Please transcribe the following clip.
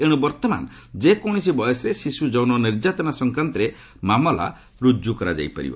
ଏଣୁ ବର୍ତ୍ତମାନ ଯେକୌଣସି ବୟସରେ ଶିଶୁ ଯୌନ ନିର୍ଯାତନା ସଂକ୍ରାନ୍ତରେ ମାମଲା ରୁଜୁ କରାଯାଇ ପାରିବ